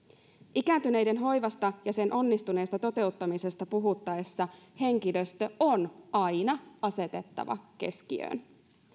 ikääntyneiden hoivasta ja sen onnistuneesta toteuttamisesta puhuttaessa henkilöstö on aina asetettava keskiöön